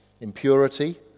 impurity